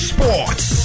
Sports